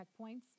checkpoints